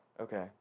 Okay